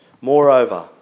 Moreover